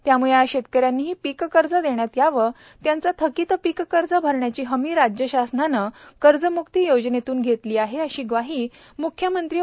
त्यामुळे या शेतकऱ्यांनाही पीक कर्ज देण्यात यावे त्यांचे थकीत पीक कर्ज भरण्याची हमी राज्य शासनाने कर्जम्क्ती योजनेतून घेतली आहे अशी ग्वाही म्ख्यमंत्री श्री